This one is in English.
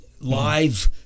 live